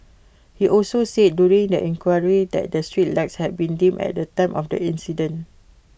he also said during the inquiry that the street lights had been dim at the time of the accident